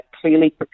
clearly